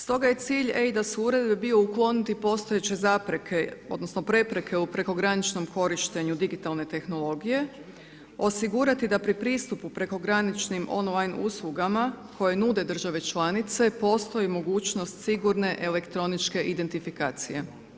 Stoga je cilj eIDAS Uredbe bio ukloniti postojeće zapreke, odnosno prepreke u prekograničnom korištenju digitalne tehnologije, osigurati da pri pristupu prekograničnim online uslugama koje nude države članice postoji mogućnost sigurne elektroničke identifikacije.